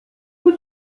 por